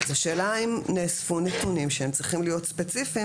אז השאלה אם נאספו נתונים שהם צריכים להיות ספציפיים